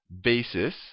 basis